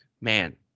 man